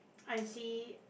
I see